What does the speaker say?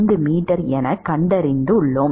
5 metre எனக் கண்டறியலாம்